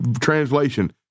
translation